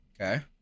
Okay